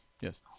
Yes